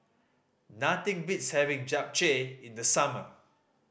nothing beats having Japchae in the summer